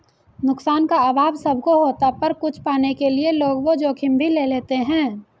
नुकसान का अभाव सब को होता पर कुछ पाने के लिए लोग वो जोखिम भी ले लेते है